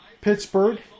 Pittsburgh